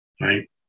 right